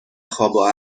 خوابو